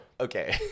okay